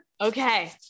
Okay